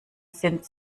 sind